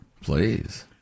Please